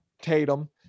Tatum